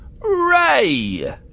Ray